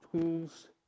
tools